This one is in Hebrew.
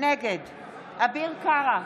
נגד אביר קארה,